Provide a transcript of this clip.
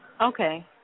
Okay